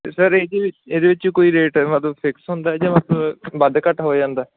ਅਤੇ ਸਰ ਇਹਦੇ ਵਿੱਚ ਇਹਦੇ ਵਿੱਚ ਕੋਈ ਰੇਟ ਮਤਲਬ ਫਿਕਸ ਹੁੰਦਾ ਜਾਂ ਮਤਲਬ ਵੱਧ ਘੱਟ ਹੋ ਜਾਂਦਾ